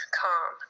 calm